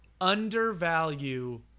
undervalue